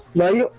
one